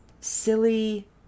silly